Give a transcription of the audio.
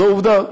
זו עובדה.